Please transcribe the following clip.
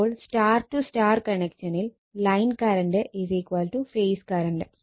അപ്പോൾ Y Y കണക്ഷനിൽ line current phase current